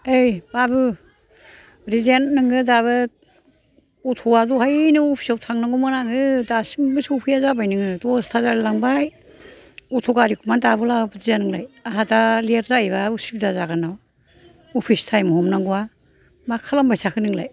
ओइ बाबु ब्रिजेन नोङो दाबो गथ'आ दहायनो अफिसाव थांनांगौमोन आङो दासिमबो सौफैया जाबाय नोङो दसता जालाय लांबाय अथ' गारिखौ मा दाबो लाबोदिया नोंलाय आंहा दा लेत जाहैबा उसुबिदा जागोन अफिस टाइम हमनांगौआ मा खालामबाय थाखो नोंलाय